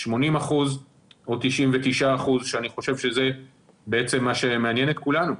80% או 99%, כשאני חושב שזה מה שמעניין את כולנו.